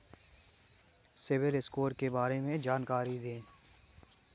CIBIL score के बारे में जानकारी दें?